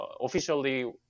officially